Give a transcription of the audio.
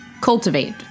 Cultivate